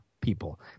people